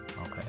Okay